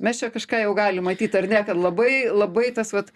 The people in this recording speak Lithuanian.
mes čia kažką jau galim matyti ar ne kad labai labai tas vat